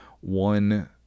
one